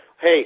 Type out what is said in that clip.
hey